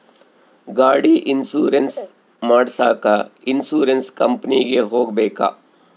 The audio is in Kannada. ಗಾಡಿ ಇನ್ಸುರೆನ್ಸ್ ಮಾಡಸಾಕ ಇನ್ಸುರೆನ್ಸ್ ಕಂಪನಿಗೆ ಹೋಗಬೇಕಾ?